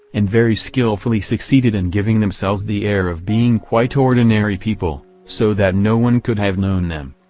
and very skillfully succeeded in giving themselves the air of being quite ordinary people, so that no one could have known them.